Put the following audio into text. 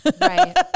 Right